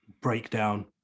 breakdown